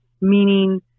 meaning